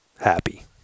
happy